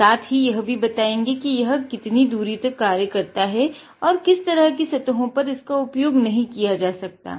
साथ ही यह भी बतायेंगे कि यह कितनी दूरी तक कार्य कर सकता है और किस तरह की सतहों पर इसका उपयोग नही किया जा सकता है